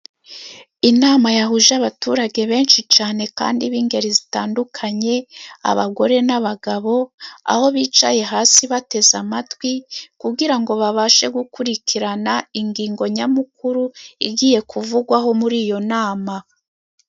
Inama yahuje abaturage benshi cyane kandi b'ingeri zitandukanye abagore n'abagabo, aho bicaye hasi bateze amatwi kugira ngo babashe gukurikirana ingingo nyamukuru igiye kuvugwaho muri iyo nama.